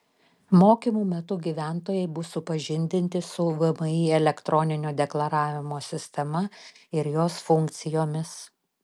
mokymų metu gyventojai bus supažindinti su vmi elektroninio deklaravimo sistema ir jos funkcijomis